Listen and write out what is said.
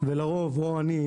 ולרוב או אני,